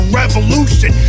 revolution